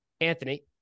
Anthony